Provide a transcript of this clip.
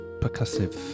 percussive